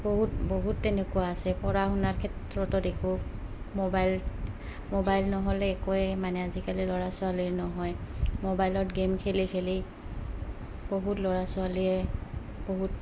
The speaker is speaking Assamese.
বহুত বহুত তেনেকুৱা আছে পঢ়া শুনাৰ ক্ষেত্ৰতো দেখো মোবাইল মোবাইল নহ'লে একোৱে মানে আজিকালি ল'ৰা ছোৱালী নহয় মোবাইলত গে'ম খেলি খেলি বহুত ল'ৰা ছোৱালীয়ে বহুত